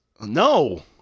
No